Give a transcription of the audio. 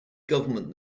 government